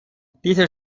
diese